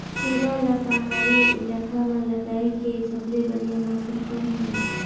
खीरा ला पहाड़ी इलाका मां लगाय के सबले बढ़िया मौसम कोन हवे?